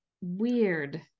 Weird